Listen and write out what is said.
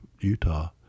Utah